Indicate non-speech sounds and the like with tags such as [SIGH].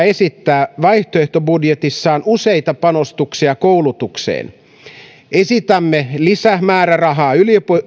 [UNINTELLIGIBLE] esittää vaihtoehtobudjetissaan useita panostuksia koulutukseen esitämme lisämäärärahaa